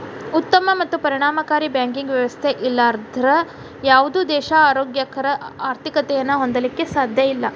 ಉತ್ತಮ ಮತ್ತು ಪರಿಣಾಮಕಾರಿ ಬ್ಯಾಂಕಿಂಗ್ ವ್ಯವಸ್ಥೆ ಇರ್ಲಾರ್ದ ಯಾವುದ ದೇಶಾ ಆರೋಗ್ಯಕರ ಆರ್ಥಿಕತೆಯನ್ನ ಹೊಂದಲಿಕ್ಕೆ ಸಾಧ್ಯಇಲ್ಲಾ